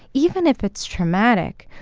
even if it's traumatic,